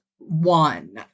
one